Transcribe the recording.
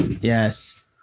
Yes